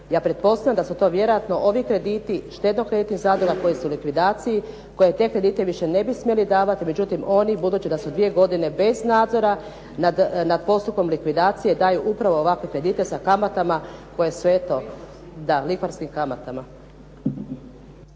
Ja pretpostavljam da su to vjerojatno ovi krediti štedno-kreditnih zadruga koje su u likvidaciji, koje te kredite više ne bi smjeli davati, međutim oni, budući da su dvije godine bez nadzora nad postupkom likvidacije daju upravo ovakve kredite sa kamatama koje su, eto, da lihvarskim kamatama.